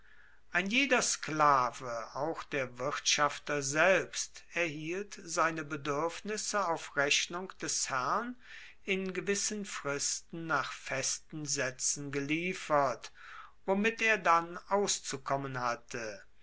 ein jeder sklave auch der wirtschafter selbst erhielt seine beduerfnisse auf rechnung des herrn in gewissen fristen nach festen saetzen geliefert womit er dann auszukommen hatte